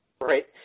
Right